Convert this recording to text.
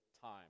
time